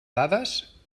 dades